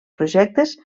projectes